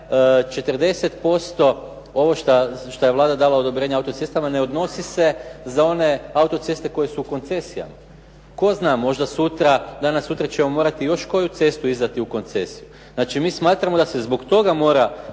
40% ovo što je Vlada dala odobrenje autocestama ne odnosi se za one autoceste koje su u koncesijama. Tko zna, možda sutra, danas sutra ćemo morati još koju cestu izdati u koncesiju. Znači, mi smatramo da se zbog toga mora